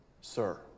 sir